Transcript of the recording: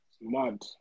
Mad